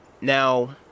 now